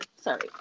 sorry –